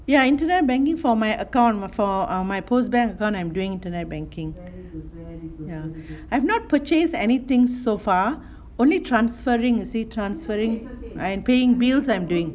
ya internet banking for my account for my post bank account I'm doing internet banking ya I've not purchased anything so far only transferring you see transferring and paying bills I'm doing